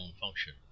function